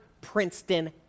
Princeton